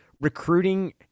recruiting